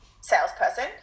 salesperson